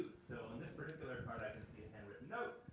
so on this particular card i can see a handwritten note,